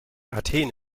athen